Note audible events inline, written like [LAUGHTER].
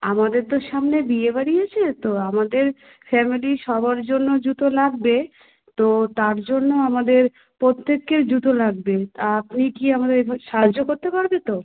আমাদের তো সামনে বিয়ে বাড়ি আছে তো আমাদের ফ্যামেলির সবার জন্য জুতো লাগবে তো তার জন্য আমাদের প্রত্যেকের জুতো লাগবে তা আপনি কি আমাদের [UNINTELLIGIBLE] সাহায্য করতে পারবে তো